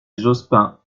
jospin